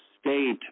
state